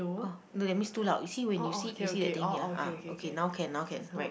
oh look that means too loud you see when you see you see that thing ya ah okay now can now can right